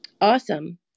Awesome